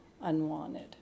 unwanted